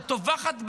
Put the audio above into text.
שטובחת בהם?